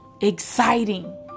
exciting